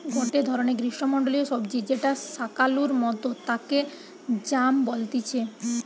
গটে ধরণের গ্রীষ্মমন্ডলীয় সবজি যেটা শাকালুর মতো তাকে য়াম বলতিছে